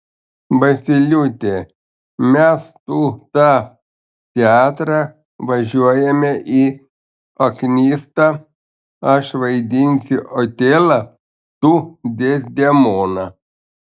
vosyliūte mesk tu tą teatrą važiuojame į aknystą aš vaidinsiu otelą tu dezdemoną